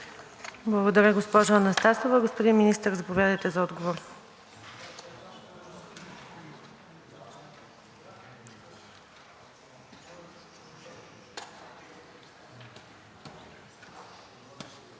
Благодаря, госпожо Анастасова. Господин Министър, заповядайте за отговор.